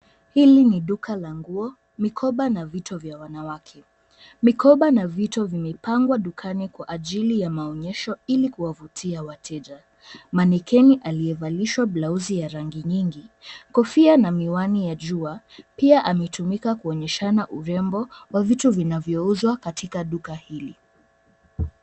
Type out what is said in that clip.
Hili ni duka la nguo, mikoba na vito vya wanawake. Mikoba na vito vimepangwa dukani kwa ajili ya maonyesho ilikuwavutia wateja. Mannequin aliyevalishwa: blausi ya rangi nyingi, kofia na miwani ya jua, pia ametumika kuonyeshana urembo wa vitu vinavyouzwa katika duka hili.